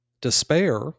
despair